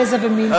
גזע ומין,